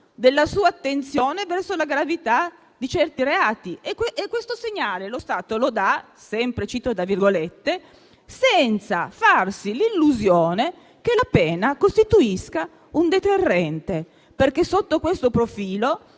della sua attenzione verso la gravità di certi reati». E questo segnale lo Stato lo dà (e cito sempre l'intervista) «senza farsi l'illusione che la pena costituisca un deterrente. (...) Sotto questo profilo,